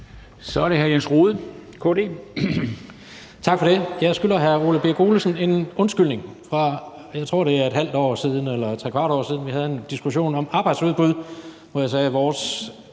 Kl. 15:44 Jens Rohde (KD): Tak for det. Jeg skylder hr. Ole Birk Olesen en undskyldning. Jeg tror, det er et halvt år siden eller trekvart år siden, vi havde en diskussion om arbejdsudbud, hvor jeg sagde, at vores